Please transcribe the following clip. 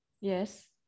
yes